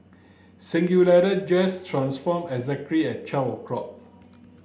dress transformed exactly at twelve o'clock